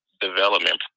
development